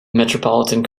metropolitan